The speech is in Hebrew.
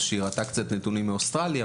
שראתה קצת נתונים מאוסטרליה,